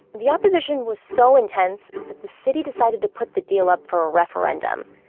the opposition was so intense that the city decided to put the deal up for a referendum.